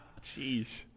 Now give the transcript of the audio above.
Jeez